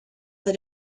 that